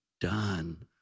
done